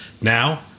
Now